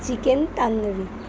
chicken tandoori